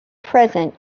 present